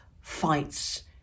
fights